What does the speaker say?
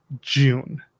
june